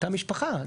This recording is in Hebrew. אותה משפחה.